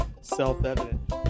self-evident